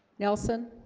nelson